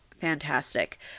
fantastic